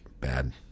bad